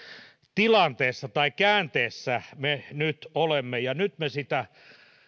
tilanteessa tai käänteessä me nyt olemme ja nyt me sitä